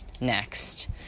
Next